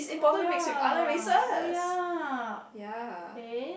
oh yeah oh yeah eh